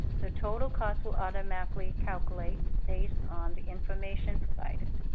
the total cost will automatically calculate based on the information provided.